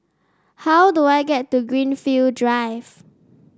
how do I get to Greenfield Drive